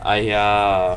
!aiya!